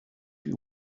you